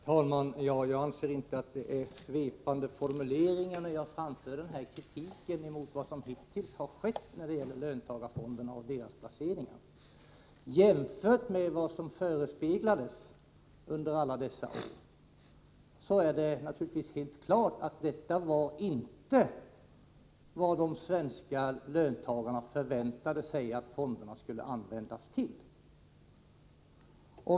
Herr talman! Jag anser inte att det är svepande formuleringar när jag framför kritik mot vad som hittills har skett då det gäller löntagarfonderna och deras placeringar. Med tanke på vad som ställts i utsikt under alla år är det helt klart att det inte var detta som de svenska löntagarna förväntade sig att fonderna skulle användas till.